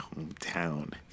hometown